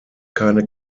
keine